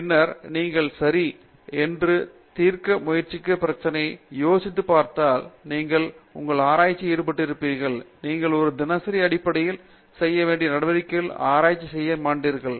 பின்னர் நீங்கள் சரி என்று தீர்க்க முயற்சிக்கும் பிரச்சனை பற்றி யோசித்துப் பார்க்க முடிந்தால் நீங்கள் உங்கள் ஆராய்ச்சியில் ஈடுபட்டிருப்பீர்கள் நீங்கள் ஒரு தினசரி அடிப்படையில் செய்ய வேண்டிய நடவடிக்கைகளில் ஆராய்ச்சி செய்ய மாட்டீர்கள்